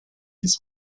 his